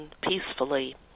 peacefully